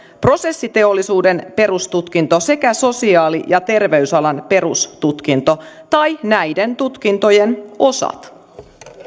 prosessiteollisuuden perustutkinto sekä sosiaali ja terveysalan perustutkinto tai näiden tutkintojen osat